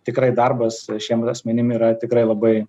tikrai darbas šiem asmenim yra tikrai labai